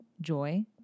joy